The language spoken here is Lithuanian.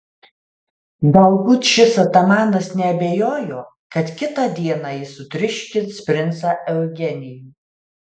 galbūt šis atamanas neabejojo kad kitą dieną jis sutriuškins princą eugenijų